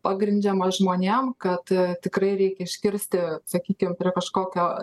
pagrindžiama žmonėm kad tikrai reikia iškirsti sakykim prie kažkokio